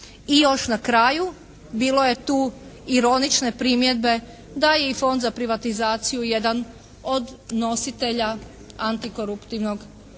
I još na kraju bilo je tu ironične primjedbe da je i Fond za privatizaciju jedan od nositelja antikoruptivnog programa.